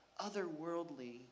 otherworldly